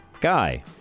guy